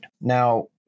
Now